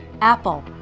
Apple